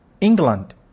England